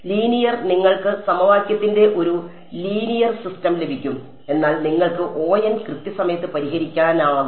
linear നിങ്ങൾക്ക് സമവാക്യത്തിന്റെ ഒരു ലീനിയർ സിസ്റ്റം ലഭിക്കും എന്നാൽ നിങ്ങൾക്ക് കൃത്യസമയത്ത് പരിഹരിക്കാനാകും